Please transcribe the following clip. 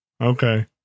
okay